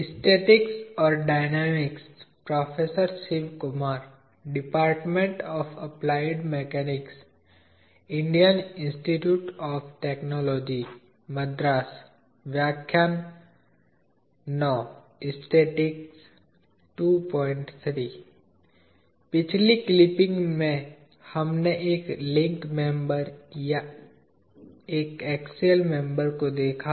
पिछली क्लिपिंग में हमने एक लिंक मेंबर या एक एक्सियल मेंबर को देखा